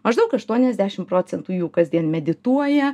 maždaug aštuoniasdešim procentų jų kasdien medituoja